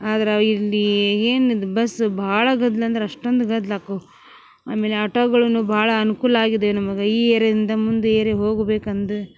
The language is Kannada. ಆದ್ರೆ ಇಲ್ಲಿ ಏನಿದೆ ಬಸ್ಸು ಭಾಳ ಗದ್ದಲ ಅಂದ್ರ ಅಷ್ಟೊಂದು ಗದ್ದಲಕು ಆಮೇಲೆ ಆಟೋಗಳನ್ನು ಭಾಳ ಅನುಕೂಲ ಆಗಿದೆ ನಮಗೆ ಈ ಏರ್ಯಾಯಿಂದ ಮುಂದೆ ಏರ್ಯಾಗ ಹೋಗುಬೇಕಂದ